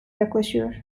yaklaşıyor